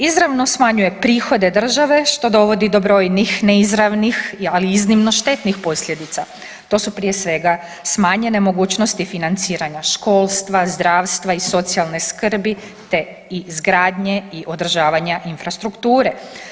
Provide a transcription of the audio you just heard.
Izravno smanjuje prihode države što dovodi do brojnih neizravnih, ali i iznimno štetnih posljedica, to su prije svega smanjene mogućnosti financiranja školstva, zdravstva i socijalne skrbi te izgradnje i održavanja infrastrukture.